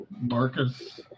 marcus